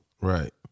Right